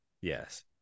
Yes